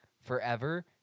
forever